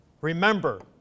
Remember